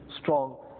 strong